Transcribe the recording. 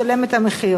ישלם את המחיר.